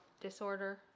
disorder